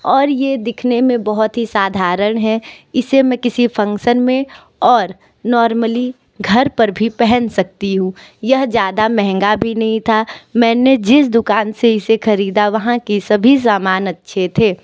और यह दिखने में बहुत ही साधारण है इसे मैं किसी फंक्शन में और नॉर्मली घर पर भी पहन सकती हूँ यह ज़्यादा महंगा भी नहीं था मैंने जिस दुकान से इसे ख़रीदा वहाँ की सभी सामान अच्छे थे